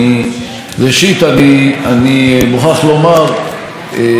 אני בוודאי לא חשוד כמי שלא אוהב את השפה הערבית